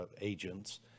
agents